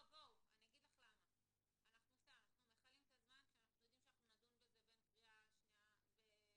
אנחנו מכלים את הזמן כשאנחנו יודעים שנדון בזה בקריאה השנייה והשלישית,